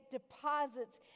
deposits